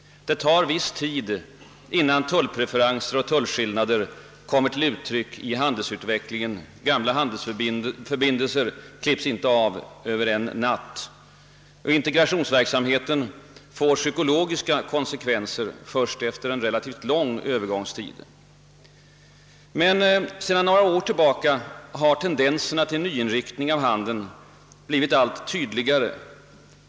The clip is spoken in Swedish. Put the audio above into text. Det tar litet tid innan tullpreferenser och tullskillnader kommer till uttryck i handelsutvecklingen; gamla handelsförbindelser klipps inte av över en natt, och integrationsverksamheten får psykologiska konsekvenser först efter en relativt lång övergångstid. Men sedan några år tillbaka har tendenserna till nyinriktning av handeln blivit allt tydligare.